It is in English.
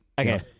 Okay